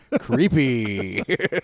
creepy